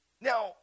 Now